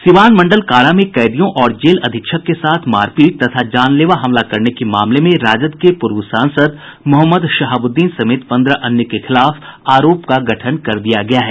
सीवान मंडल कारा में कैदियों और जेल अधीक्षक के साथ मारपीट तथा जानलेवा हमला करने के मामले में राजद के पूर्व सांसद मोहम्मद शहाबुद्दीन समेत पंद्रह अन्य के खिलाफ आरोप का गठन कर दिया गया है